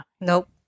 Nope